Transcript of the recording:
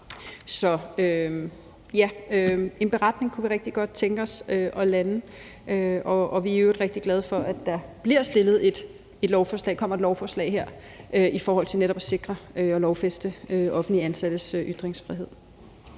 Så ja, en beretning kunne vi rigtig godt tænke os at lande, og vi er i øvrigt rigtig glade for, at der kommer et lovforslag for netop at sikre og lovfæste offentligt ansattes ytringsfrihed.